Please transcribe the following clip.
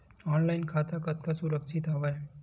Online खाता कतका सुरक्षित हवय?